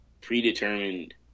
Predetermined